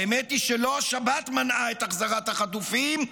האמת היא שלא השבת מנעה את החזרת החטופים,